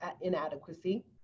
inadequacy